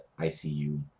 ICU